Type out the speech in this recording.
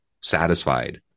satisfied